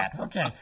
Okay